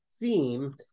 theme